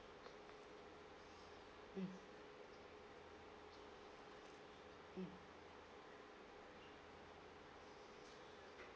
mm mm